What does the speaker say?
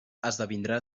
esdevindrà